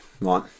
Right